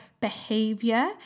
behavior